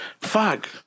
fuck